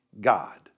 God